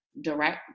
direct